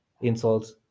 insults